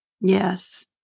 yes